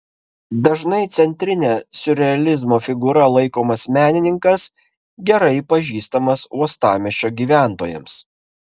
dažnai centrine siurrealizmo figūra laikomas menininkas gerai pažįstamas uostamiesčio gyventojams